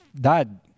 Dad